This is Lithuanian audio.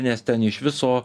nes ten iš viso